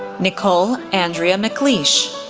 nicole andrea mcleish,